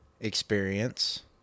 experience